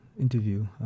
interview